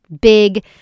big